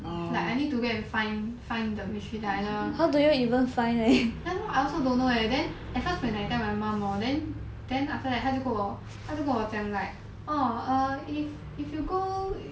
like I need to go and find find the mystery diner ya lor I also don't know leh then at first when I tell my mum hor then then after that 他就跟我他就跟我讲 like orh err if if you go